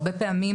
הרבה פעמים